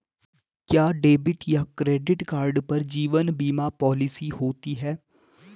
क्या डेबिट या credit card पर जीवन बीमा पॉलिसी होती है?